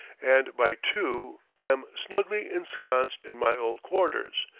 and by two am snugly ensconced in my old quarters,